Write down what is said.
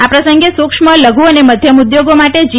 આ પ્રસંગે સુક્ષ્મ લઘુ અને મધ્યમ ઉદ્યોગો માટે જી